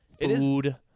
food